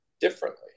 differently